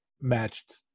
matched